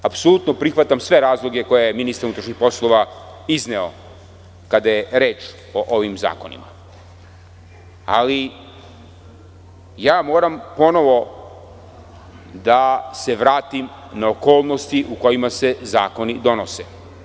Apsolutno prihvatam sve razloge koje je ministar unutrašnjih poslova izneo kada je reč o ovim zakonima, ali moram ponovo da se vratim na okolnosti u kojima se zakoni donose.